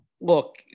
look